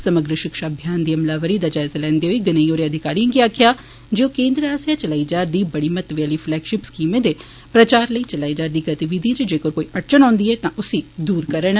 समग्र शिक्षा अभियान दी अमलावरी दा जायजा लैन्दे होई गनेई होरें अधिकारिएं गी आक्खेया जे ओ केन्द्र आस्सेया चलाई जा करदी बड़ी महत्तवै आली फ्लैगशिप स्कीमें दे प्रचार लेई चलाई जा करदी गतिविधिएं इच जेकर कोई अड़चन औंदी ऐ तां उस्सी दूर करन